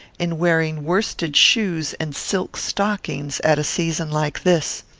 in wearing worsted shoes and silk stockings at a season like this.